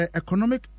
economic